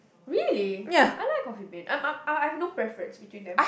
really I like Coffee Bean I'm I'm I've I've no preference between them